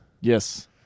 yes